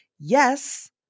yes